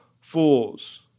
fools